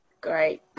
great